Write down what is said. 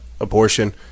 abortion